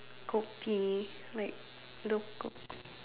kopi like lo~ ko~